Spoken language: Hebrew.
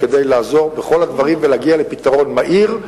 כדי לעזור בכל הדברים ולהגיע לפתרון מהיר,